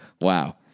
Wow